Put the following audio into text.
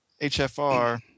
HFR